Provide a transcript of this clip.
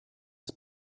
des